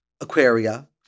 Aquaria